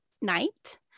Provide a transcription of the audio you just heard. night